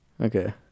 Okay